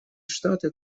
штаты